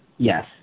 Yes